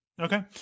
Okay